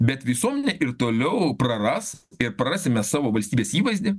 bet visuomenė ir toliau praras ir prarasim mes savo valstybės įvaizdį